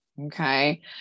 okay